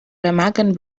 remagen